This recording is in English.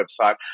website